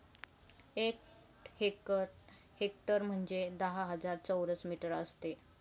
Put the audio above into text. एक हेक्टर म्हणजे दहा हजार चौरस मीटर असते